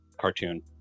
cartoon